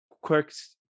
quirk's